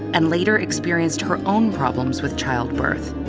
and later experienced her own problems with childbirth.